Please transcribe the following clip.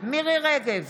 מירי רגב,